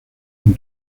con